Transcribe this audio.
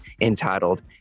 entitled